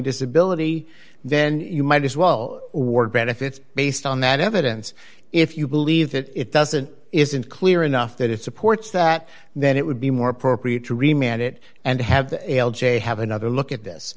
disability then you might as well ward benefits based on that evidence if you believe it it doesn't isn't clear enough that it supports that then it would be more appropriate to remain at it and have a have another look at this